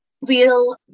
real